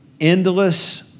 endless